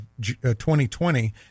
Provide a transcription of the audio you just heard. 2020